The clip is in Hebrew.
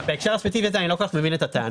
בהקשר הספציפי הזה אני לא כל כך מבין את הטענה,